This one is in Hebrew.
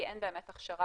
כי אין באמת הכשרה.